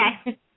Okay